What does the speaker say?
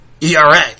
ERA